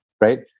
right